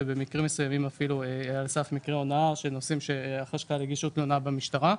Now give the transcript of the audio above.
אפילו מקרים מסוימים של הונאה שהחשכ"ל הגיש תלונה במשטרה.